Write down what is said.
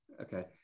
Okay